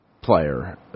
player